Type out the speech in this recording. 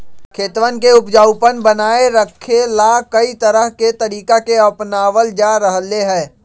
खेतवन के उपजाऊपन बनाए रखे ला, कई तरह के तरीका के अपनावल जा रहले है